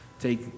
take